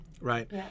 right